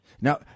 Now